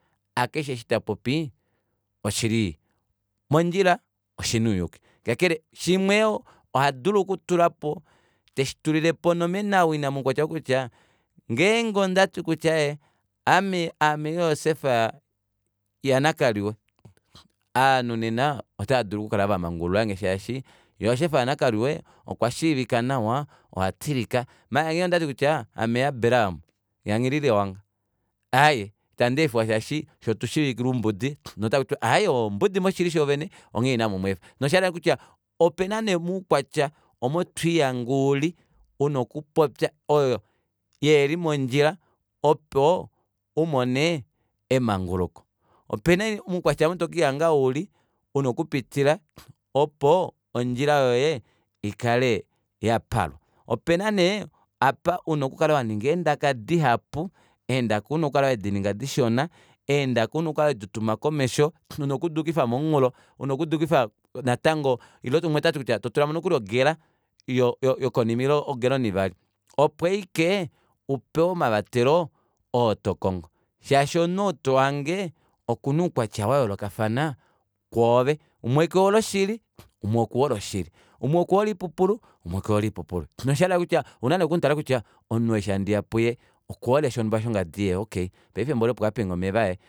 Hakeshe eshi tapopi oshili mondjila oshina ouyuuki kakele shimwe yoo ohadulu okutulapo teshi tulilepo onomena wina moukwatya oo wokutya kutya ngeenge ondati kutya aaye ame aame joseph ya nakaliwa aanhu nena otaadulu okukala vamangululangge shaashi joeseph ya nakaliwa okwa shiivika nawa ohatilika maala ngeenge ondati kutya aame abraham ya nghililewanga, aaye ita ndeefelwa shaashi fyee otushiivikile oumbudi notakuti kutya aaye oo ombudi moshili shoovene onghee ina mumweefa noshaala kutya opena nee mukwatya omo twiihange uli una okupyopya oyo yeeli mondjila opo umone emanguluko opena muukwatya aamu tokihanga uli una okupitila opo ondjila yoye ikale yapalwa opena nee apa una oku kala waninga eendaka dihapu eendaka una okukala wedininga dishona eendaka una oku kala wedituma komesho una okuduukifa momunghulo una okuduukifa natango ile umwe otati nokuli kutya totulamo nokuli ongela yoyo yokonima ile ongela onivali opo aike upewa omavatelo oo tokongo shaashi omunhu oo tohange okuna oukwatya wayoolokafana kwoove umwe kehole oshili umwe okuhole oshili umwe okuhole oipupulu umwe kehole oipupulu noshayela kutya ouna nee okumutala kutya omunhu ou eshi handiya puye okuhole shonumba shongadi iyee okeye paife mboli opo apenge omeva